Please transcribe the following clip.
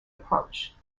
approach